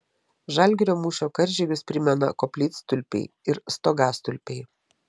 žalgirio mūšio karžygius primena koplytstulpiai ir stogastulpiai